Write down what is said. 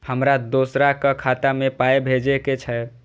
हमरा दोसराक खाता मे पाय भेजे के छै?